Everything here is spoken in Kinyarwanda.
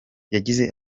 yagize